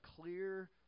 clear